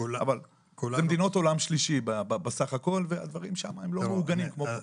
אבל אלה מדינות עולם שלישי בסך הכול והדברים שם הם לא מעוגנים כמו פה.